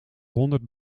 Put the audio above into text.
honderd